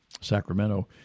Sacramento